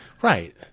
Right